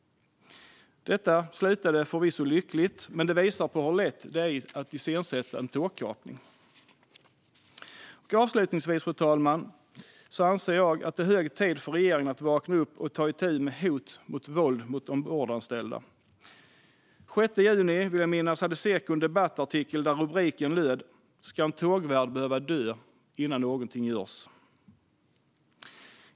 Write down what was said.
Även om det slutade lyckligt visar det hur lätt det är att iscensätta en tågkapning. Fru talman! Avslutningsvis anser jag att det är hög tid för regeringen att vakna upp och ta itu med hot och våld mot ombordanställda. Den 6 juni hade Seko en debattartikel där rubriken löd: "Ska en tågvärd behöva dö innan något görs?"